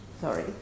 sorry